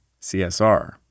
CSR